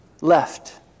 left